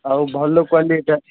ଆଉ ଭଲ କ୍ଵାଲିଟିଟା